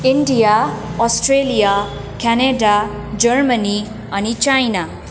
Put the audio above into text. India Australia Canada Germany अनि China